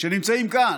שנמצאים כאן.